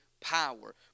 power